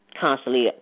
constantly